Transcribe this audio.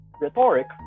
rhetoric